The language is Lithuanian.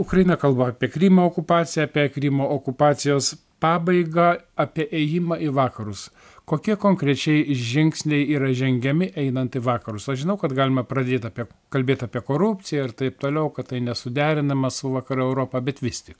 ukraina kalba apie krymo okupaciją apie krymo okupacijos pabaigą apie ėjimą į vakarus kokie konkrečiai žingsniai yra žengiami einant į vakarus aš žinau kad galima pradėt apie kalbėt apie korupciją ir taip toliau kad tai nesuderinama su vakarų europa bet vis tik